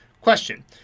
Question